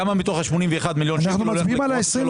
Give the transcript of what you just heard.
כמה מתוך 81 מיליון שקל הולך לאו"ם?